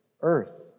earth